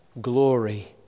glory